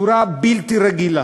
בלתי רגילה,